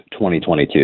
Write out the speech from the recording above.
2022